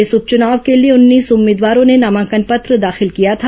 इस उपच्रनाव के लिए उन्नीस उम्मीदवारों ने नामांकन पत्र दाखिल किया था